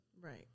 Right